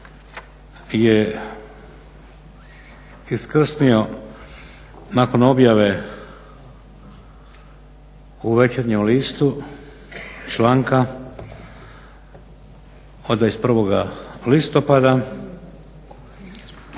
je iskrsnio nakon objave u Večernjem listu članka od 21. Listopada,